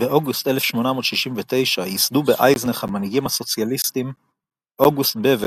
באוגוסט 1869 ייסדו באייזנך המנהיגים הסוציאליסטים אוגוסט בבל